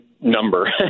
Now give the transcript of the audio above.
number